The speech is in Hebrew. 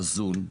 עזון,